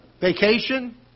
Vacation